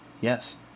Yes